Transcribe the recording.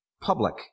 public